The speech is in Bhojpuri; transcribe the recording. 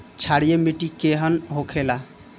क्षारीय मिट्टी केहन होखेला?